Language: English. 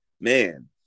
man